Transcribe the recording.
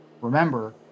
remember